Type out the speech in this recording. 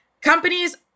companies